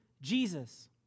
Jesus